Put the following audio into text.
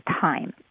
time